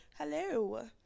hello